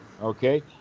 Okay